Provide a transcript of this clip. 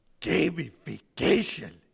gamification